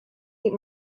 eat